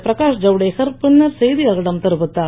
பிரகாஷ் ஜவ்டேக்கர் பின்னர் செய்தியாளர்களிடம் தெரிவித்தார்